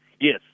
yes